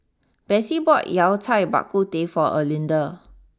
Bessie bought Yao Cai Bak Kut Teh for Erlinda